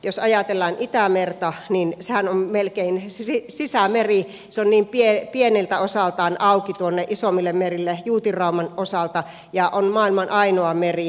jos ajatellaan itämerta niin sehän on melkein sisämeri se on niin pieneltä osaltaan auki tuonne isommille merille juutinrauman osalta ja on maailman ainoa jäätyvä meri